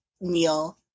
meal